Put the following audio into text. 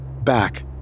back